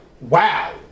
wow